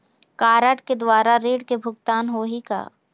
Card के द्वारा ऋण के भुगतान होही का?